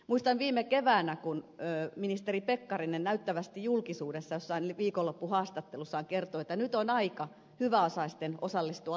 muistan kun ministeri pekkarinen näyttävästi viime keväänä julkisuudessa jossain viikonloppuhaastattelussaan kertoi että nyt on aika hyväosaisten osallistua lamatalkoisiin